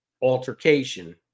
altercation